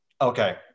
Okay